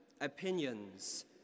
Opinions